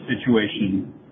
situation